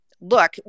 look